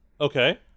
Okay